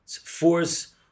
force